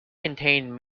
contain